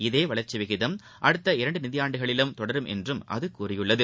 இதே வளர்ச்சி விகிதம் அடுத்த இரண்டு நிதியாண்டுகளிலும் தொடரும் என்றும் அது கூறியுள்ளது